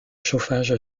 chauffage